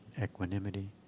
equanimity